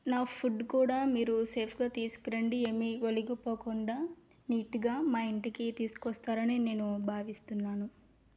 నా ఫుడ్ కూడా మీరు సేఫ్గా తీసుకురండి ఏమీ ఒలిగిపోకుండా నీట్గా మా ఇంటికి తీసుకొస్తారని నేను భావిస్తున్నాను